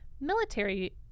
military